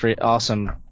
Awesome